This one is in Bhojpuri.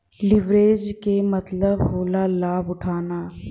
लिवरेज के मतलब होला लाभ उठाना